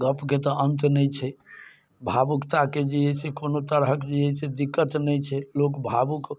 गपके तऽ अन्त नहि छै भावुकताके जे अइसँ कोनो तरहक जे है से दिक्कत नहि छै लोक भावुक